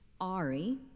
Ari